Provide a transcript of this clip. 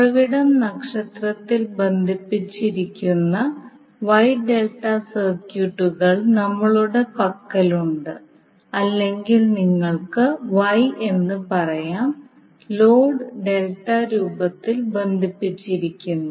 ഉറവിടം നക്ഷത്രത്തിൽ ബന്ധിപ്പിച്ചിരിക്കുന്ന Y ∆ സർക്യൂട്ടുകൾ നമ്മളുടെ പക്കലുണ്ട് അല്ലെങ്കിൽ നിങ്ങൾക്ക് Y എന്ന് പറയാം ലോഡ് ഡെൽറ്റ രൂപത്തിൽ ബന്ധിപ്പിച്ചിരിക്കുന്നു